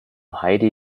heidi